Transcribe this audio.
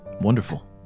Wonderful